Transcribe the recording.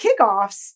kickoffs